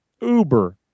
Uber